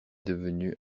devenu